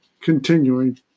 continuing